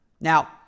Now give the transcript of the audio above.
Now